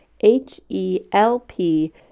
H-E-L-P